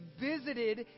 visited